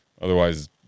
otherwise